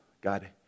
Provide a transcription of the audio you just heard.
God